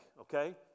okay